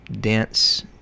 dense